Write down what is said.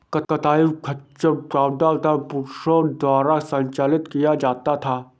कताई खच्चर ज्यादातर पुरुषों द्वारा संचालित किया जाता था